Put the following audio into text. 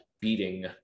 beating